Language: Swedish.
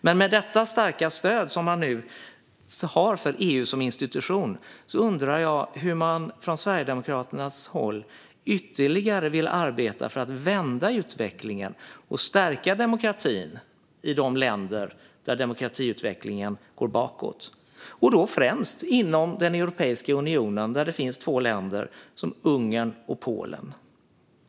Men med det starka stöd som man nu har för EU som institution undrar jag hur Sverigedemokraterna ytterligare vill arbeta för att vända utvecklingen och stärka demokratin i de länder där demokratiutvecklingen går bakåt. Det gäller främst inom Europeiska unionen, där det finns två länder som Ungern och Polen.